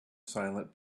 silent